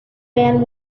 man